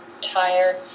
tired